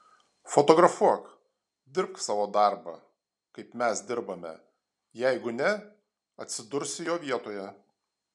fotografuok dirbk savo darbą kaip mes dirbame jeigu ne atsidursi jo vietoje